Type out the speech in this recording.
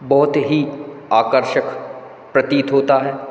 बहुत ही आकर्षक प्रतीत होता है